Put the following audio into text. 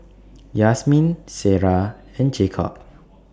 Yasmeen Ciera and Jakob